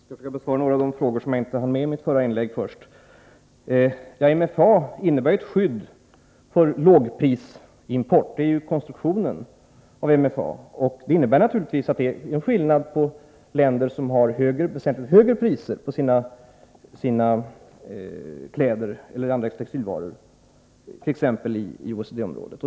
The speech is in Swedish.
Herr talman! Jag skall först försöka besvara några frågor som jag inte hann med i mitt förra inlägg. MFA innebär ett skydd mot lågprisimport. Det ligger i konstruktionen av MFA. Det innebär naturligtvis att det är en skillnad jämfört med länder som har väsentligt högre priser på sina kläder eller andra textilvaror, t.ex. länder inom OECD-området.